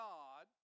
God